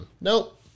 Nope